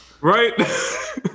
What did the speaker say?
Right